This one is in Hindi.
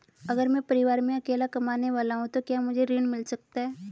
अगर मैं परिवार में अकेला कमाने वाला हूँ तो क्या मुझे ऋण मिल सकता है?